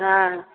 हाँ